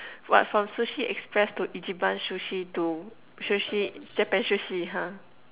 what from sushi-express to ichiban sushi to sushi Japan sushi !huh!